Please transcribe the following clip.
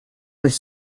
with